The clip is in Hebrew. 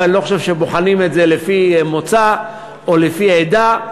ואני לא חושב שבוחנים את זה לפי מוצא או לפי עדה.